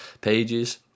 pages